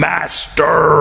Master